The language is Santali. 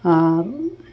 ᱟᱨ